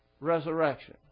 resurrection